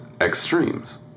extremes